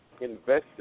invested